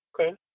okay